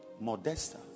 Modesta